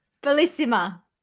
bellissima